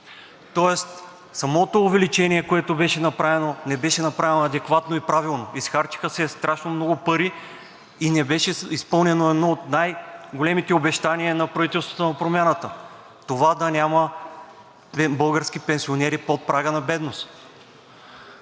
тоест самото увеличение, което беше направено, не беше направено адекватно и правилно. Изхарчиха се страшно много пари и не беше изпълнено едно от най-големите обещания на правителството на Промяната – това да няма български пенсионери под прага на бедност.